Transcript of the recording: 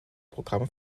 programm